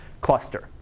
cluster